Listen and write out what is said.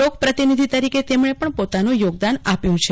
લોકપ્રતિનિધિ તરીકે તેમણે પણ પોતાનું યોગદાન આપ્યું છે